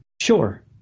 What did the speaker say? Sure